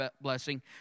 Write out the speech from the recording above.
blessing